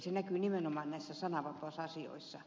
se näkyy nimenomaan näissä sananvapausasioissa